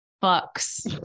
bucks